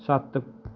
ਸੱਤ